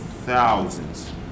Thousands